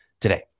today